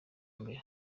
mbere